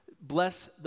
bless